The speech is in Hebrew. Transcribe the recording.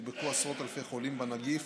נדבקו עשרות אלפי חולים בנגיף